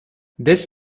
this